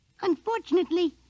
Unfortunately